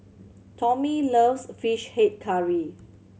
Tommie loves Fish Head Curry